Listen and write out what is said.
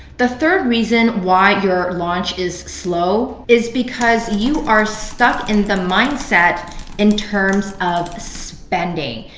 the third reason why your launch is slow is because you are stuck in the mindset in terms of spending,